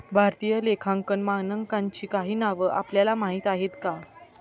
भारतीय लेखांकन मानकांची काही नावं आपल्याला माहीत आहेत का?